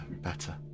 better